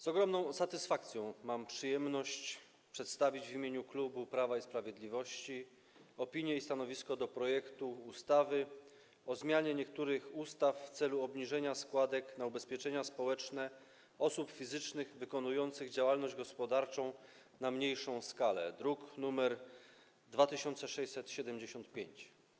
Z ogromną satysfakcją mam przyjemność przedstawić w imieniu klubu Prawa i Sprawiedliwości opinię i stanowisko dotyczące projektu ustawy o zmianie niektórych ustaw w celu obniżenia składek na ubezpieczenia społeczne osób fizycznych wykonujących działalność gospodarczą na mniejszą skalę, druk nr 2675.